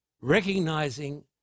recognizing